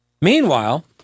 Meanwhile